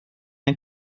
ein